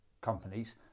companies